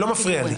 לא מפריע לי.